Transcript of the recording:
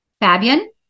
Fabian